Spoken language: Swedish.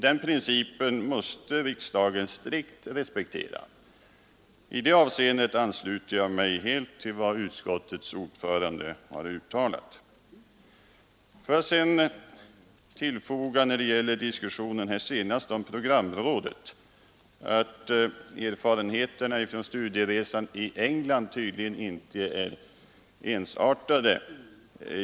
Den principen måste riksdagens strikt respektera. I det avseendet ansluter jag mig till vad utskottets ordförande har uttalat. Sedan vill jag tillfoga när det gäller diskussionen om ett eventuellt programråd att erfarenheterna från studieresan i England tydligen inte är ensartade.